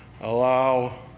allow